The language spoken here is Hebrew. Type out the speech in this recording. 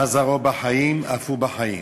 מה זרעו בחיים, אף הוא בחיים.